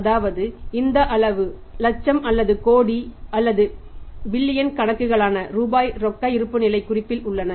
அதாவது இந்த அளவு லட்சம் அல்லது கோடி அல்லது பில்லியன் கணக்கான ரூபாய் ரொக்க இருப்புநிலைக் குறிப்பில் உள்ளன